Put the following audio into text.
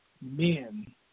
men